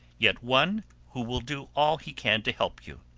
yet one who will do all he can to help you.